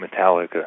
Metallica